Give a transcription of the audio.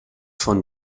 von